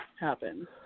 happen